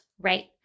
Right